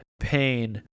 pain